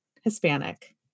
Hispanic